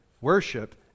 Worship